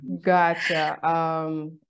Gotcha